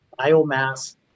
biomass